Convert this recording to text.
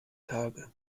tage